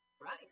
Right